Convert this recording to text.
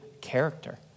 character